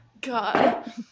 God